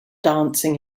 dancing